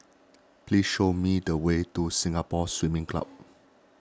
please show me the way to Singapore Swimming Club